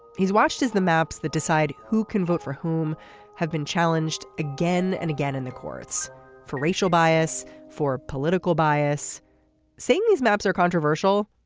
he's watched as the maps that decide who can vote for whom have been challenged again and again in the courts for racial bias for political bias saying these maps are controversial.